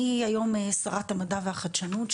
אני היום שרת המדע והחדשנות,